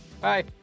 Bye